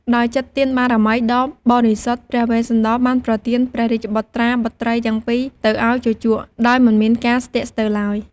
ដោយចិត្តទានបារមីដ៏បរិសុទ្ធ ព្រះវេស្សន្តរបានប្រទានព្រះរាជបុត្រាបុត្រីទាំងពីរទៅឱ្យជូជក ដោយមិនមានការស្ទាក់ស្ទើរឡើយ។